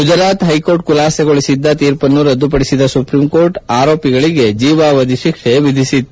Gujarat high court ಖುಲಾಸೆಗೊಳಿಸಿದ್ದ ತೀರ್ಪನ್ನು ರದ್ದುಪಡಿಸಿದ ಸುಪ್ರೀಂಕೋರ್ಟ್ ಆರೋಪಿಗಳಿಗೆ ಜೀವಾವಧಿ ಶಿಕ್ಷೆ ವಿಧಿಸಿತ್ತು